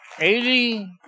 Eighty